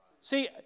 See